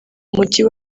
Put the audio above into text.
mujyi